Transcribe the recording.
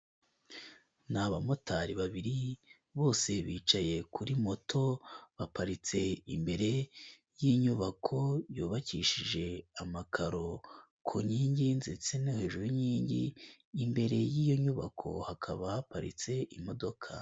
Ni abamotari babiri bose bicaye kuri moto baparitse imbere y'inyubako yubakishije amakaro ku nkingi ndetse no hejuru y'inkingi imbere y'iyo nyubako hakaba haparitse imodoka.